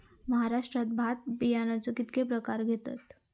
महाराष्ट्रात भात बियाण्याचे कीतके प्रकार घेतत?